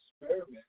Experiment